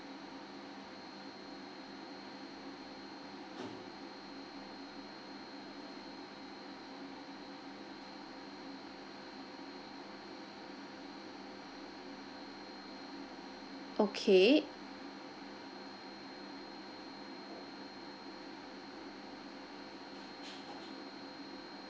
okay